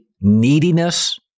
neediness